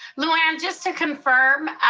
lou anne, just to confirm.